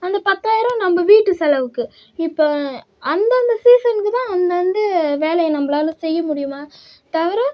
அந்த பாத்தாயிரம் நம்ம வீட்டு செலவுக்கு இப்போ அந்தந்து சீசனுக்குத் தான் அந்தந்த வேலைய நம்மளால் செய்ய முடியுமா தவிற